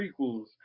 prequels